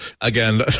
again